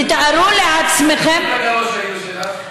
תתארו לעצמכם ראש העיר שלך?